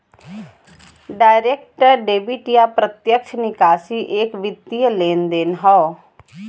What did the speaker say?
direct debit या प्रत्यक्ष निकासी एक वित्तीय लेनदेन हौ